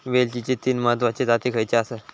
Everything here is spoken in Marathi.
वेलचीचे तीन महत्वाचे जाती खयचे आसत?